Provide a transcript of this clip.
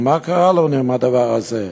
מה קרה לנו עם הדבר הזה?